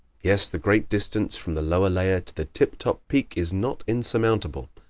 yet the great distance from the lower layer to the tip-top peak is not insurmountable.